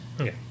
Okay